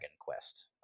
Quest